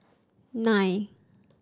nine